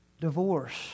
divorce